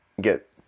get